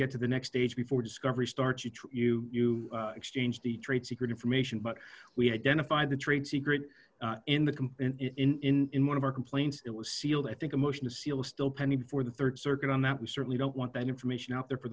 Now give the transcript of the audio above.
get to the next stage before discovery starts you try you you exchange the trade secret information but we had dental by the trade secret in the complaint in one of our complaints it was sealed i think a motion to seal still pending before the rd circuit on that we certainly don't want that information out there for